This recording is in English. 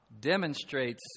demonstrates